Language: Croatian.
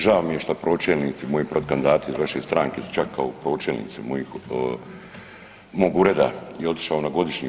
Žao mi je što pročelnici moji protukandidati iz vaše stranke su čak kao pročelnici mog ureda je otišao na godišnji.